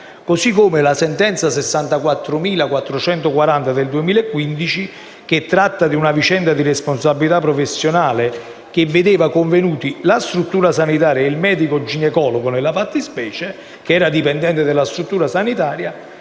Con la sentenza n. 64440 del 2015, che tratta una vicenda di responsabilità professionale che vedeva convenuti la struttura sanitaria e il medico ginecologo nella fattispecie, che era dipendente della struttura sanitaria,